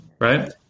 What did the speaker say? right